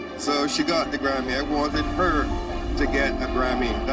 so she got the grammy. i wanted her to get a grammy.